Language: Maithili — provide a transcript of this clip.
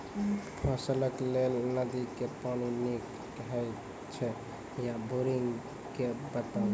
फसलक लेल नदी के पानि नीक हे छै या बोरिंग के बताऊ?